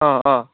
অঁ অঁ